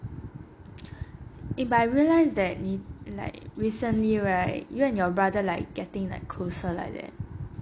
eh but I realize that 你 like recently right you and your brother like getting like closer like that